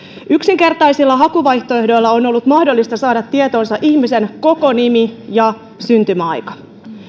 yksinkertaisilla hakuvaihtoehdoilla on ollut mahdollista saada tietoonsa ihmisen koko nimi ja syntymäaika